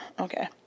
Okay